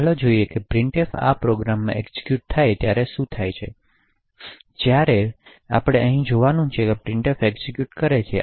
તો ચાલો જોઈએ કે પ્રિન્ટફ આ પ્રોગ્રામમાં એક્ઝીક્યુટ થાય છે ત્યારે શું થાય છે તેથી જ્યારે ત્યારે આપણે અહીં જોવાની જરૂર છે પ્રિન્ટફ એક્ઝેક્યુટ કરે છે